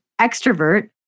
extrovert